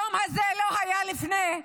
היום הזה לא היה לפני.